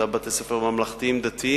וזה היה בבתי-ספר ממלכתיים-דתיים.